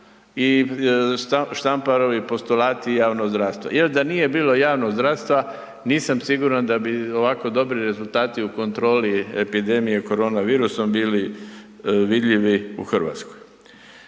i Štamparovi postulati javnog zdravstva jer da nije bilo javnog zdravstva, nisam siguran da bi ovako dobri rezultati u kontroli epidemije koronavirusom bili vidljivi u Hrvatskoj.